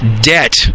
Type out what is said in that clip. debt